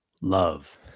love